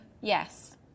Yes